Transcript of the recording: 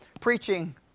Preaching